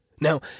Now